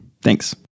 Thanks